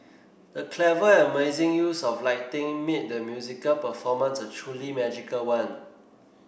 the clever and amazing use of lighting made the musical performance a truly magical one